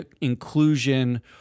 inclusion